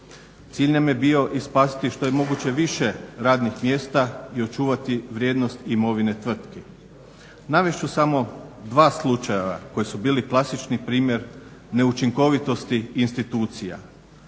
Cilj nam je bio spasiti što je moguće više radnih mjesta i očuvati vrijednost imovine tvrtke. Navest ću samo dva slučaja koji su bili klasični primjer neučinkovitosti institucija.